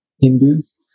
Hindus